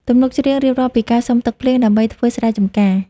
ទំនុកច្រៀងរៀបរាប់ពីការសុំទឹកភ្លៀងដើម្បីធ្វើស្រែចម្ការ។